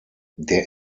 der